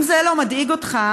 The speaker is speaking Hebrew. אם זה לא מדאיג אותך,